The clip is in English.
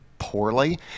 poorly